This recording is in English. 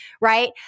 right